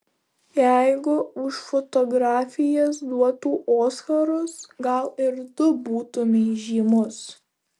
jeigu už fotografijas duotų oskarus gal ir tu būtumei žymus